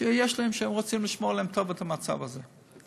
שרוצים לשמור את המצב הזה.